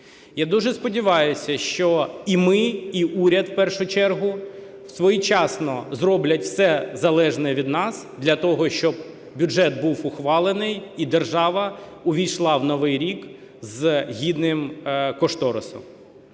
Я дуже сподіваюся, що і ми, і уряд в першу чергу, своєчасно зроблять все залежне від нас для того, щоби бюджет був ухвалений, і держава увійшла в новий рік з гідним кошторисом.